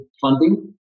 funding